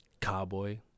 cowboy